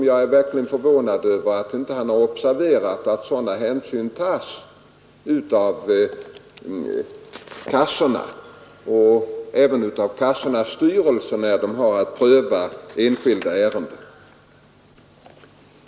Jag är verkligen förvånad över att han inte har observerat att sådana hänsyn tas av kassorna och av kassornas styrelser när de har att pröva enskilda ärenden.